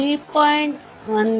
1ಗೆ problem 3